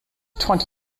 twenty